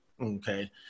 Okay